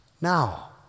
now